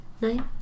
Nine